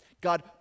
God